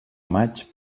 maig